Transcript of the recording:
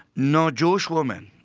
no jewish women!